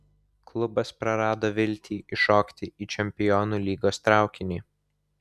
klubas prarado viltį įšokti į čempionų lygos traukinį